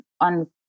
on